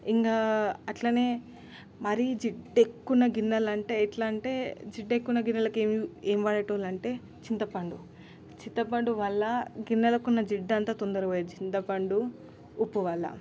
ఇంగా అట్లనే మరీ జిడ్డేకున్న గిన్నెలంటే ఎట్లంటే జిడ్డేక్కువున్న గిన్నెలకి ఏం వాడేటోలంటే చింతపండు చింతపండు వల్ల గిన్నెలకున్న జిడ్డంత తొందరగపోయిద్ది చింతపండు ఉప్పు వల్ల